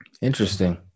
Interesting